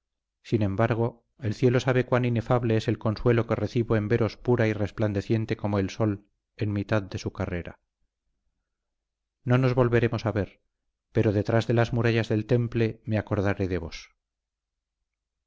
sin embargo el cielo sabe cuán inefable es el consuelo que recibo en veros pura y resplandeciente como el sol en mitad de su carrera no nos volveremos a ver pero detrás de las murallas del temple me acordaré de vos